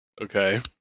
okay